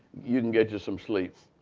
you can get you some sleep.